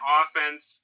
offense